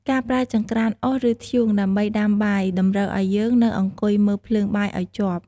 ការប្រើចង្រ្កានអុស ឬ ធ្យូងដើម្បីដាំបាយ តម្រូវឱ្យយើងនៅអង្គុយមើលភ្លើងបាយឱ្យជាប់។